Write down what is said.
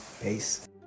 Peace